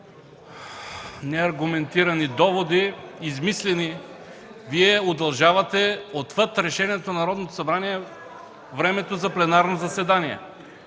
неаргументирани, измислени доводи, Вие удължавате отвъд решението на Народното събрание времето за пленарно заседание.